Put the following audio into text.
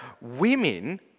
women